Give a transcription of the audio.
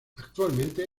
actualmente